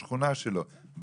בשכונה שלו,